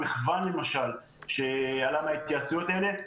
המחוון למשל שעלה מההתייעצויות האלה,